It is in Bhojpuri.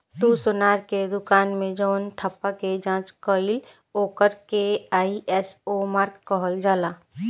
तू सोनार के दुकान मे जवन ठप्पा के जाँच कईल ओकर के आई.एस.ओ मार्क कहल जाला